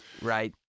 right